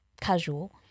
casual